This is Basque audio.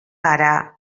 gara